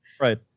Right